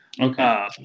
Okay